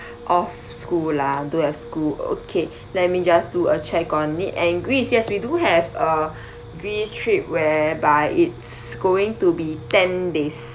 off school lah don't have school okay let me just do a check on it and greece yes we do have uh this trip whereby it's going to be ten days